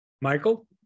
Michael